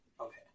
Okay